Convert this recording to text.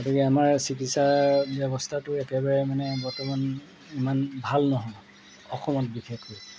গতিকে আমাৰ চিকিৎসা ব্যৱস্থাটো একেবাৰে মানে বৰ্তমান ইমান ভাল নহয় অসমত বিশেষকৈ